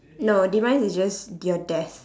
no demise is just your death